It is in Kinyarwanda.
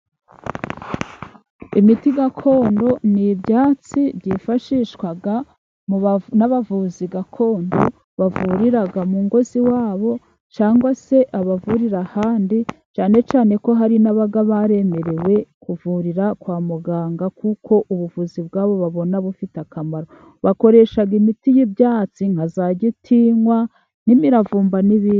Imiti gakondo ni ibyatsi byifashishwa n'abavuzi gakondo. Bavurira mu ngo z'iwabo cyangwa se abavurira ahandi, cyane cyane ko hari n'ababa baremerewe kuvurira kwa muganga, kuko ubuvuzi bwabo babona bufite akamaro. Bakoresha imiti y'ibyatsi nka za gitinywa n'imiravumba n'ibindi.